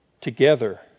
together